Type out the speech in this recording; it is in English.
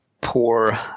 poor